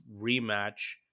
rematch